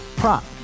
prop